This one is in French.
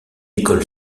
école